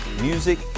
music